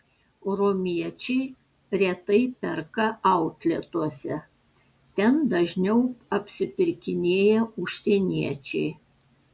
romiečiai retai perka outletuose ten dažniau apsipirkinėja užsieniečiai